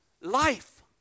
life